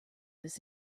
this